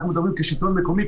אנחנו מדברים כשלטון מקומי,